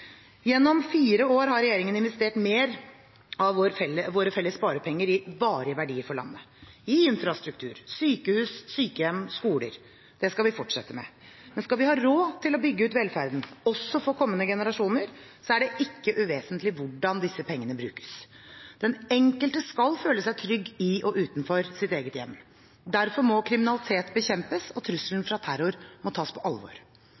Gjennom fire år har regjeringen investert mer av våre felles sparepenger i varige verdier for landet: i infrastruktur, sykehus, sykehjem, skoler. Det skal vi fortsette med, men skal vi ha råd til å bygge ut velferden, også for kommende generasjoner, er det ikke uvesentlig hvordan disse pengene brukes. Den enkelte skal føle seg trygg i og utenfor sitt eget hjem. Derfor må kriminalitet bekjempes, og trusselen fra terror må tas på alvor.